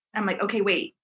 i'm like, ok wait.